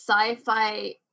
sci-fi